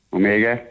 Omega